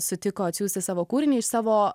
sutiko atsiųsti savo kūrinį iš savo